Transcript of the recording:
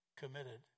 committed